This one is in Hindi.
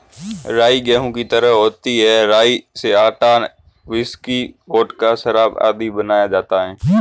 राई गेहूं की तरह होती है राई से आटा, व्हिस्की, वोडका, शराब आदि बनाया जाता है